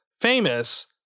famous